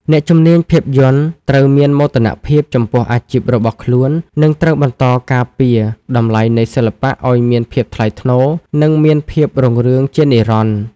អ្នកជំនាញភាពយន្តត្រូវមានមោទនភាពចំពោះអាជីពរបស់ខ្លួន និងត្រូវបន្តការពារតម្លៃនៃសិល្បៈ ឱ្យមានភាពថ្លៃថ្នូរ និងមានភាពរុងរឿងជានិរន្តរ៍។